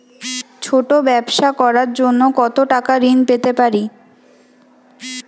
ছোট ব্যাবসা করার জন্য কতো টাকা ঋন পেতে পারি?